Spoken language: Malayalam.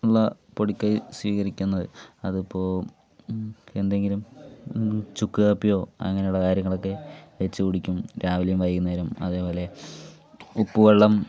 ഉള്ള പൊടിക്കൈ സ്വീകരിക്കുന്നത് അതിപ്പോൾ എന്തെങ്കിലും ചുക്ക് കാപ്പിയോ അങ്ങനെയുള്ള കാര്യങ്ങളൊക്കെ വെച്ച് കുടിക്കും രാവിലെയും വൈകുന്നേരവും അതേപോലെ ഉപ്പ് വെള്ളം